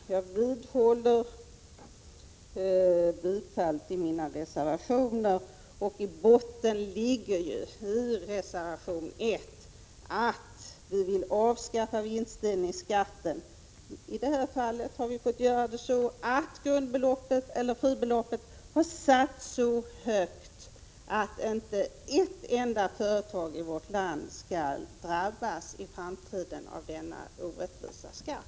Jag vidhåller bifall till mina reservationer. I botten ligger huvudreservationen 1, att vi vill avskaffa vinstdelningsskatten. I det här fallet har vi fått göra så att fribeloppet har satts så högt att inte ett enda företag i vårt land i framtiden skall drabbas av denna orättvisa skatt.